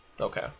Okay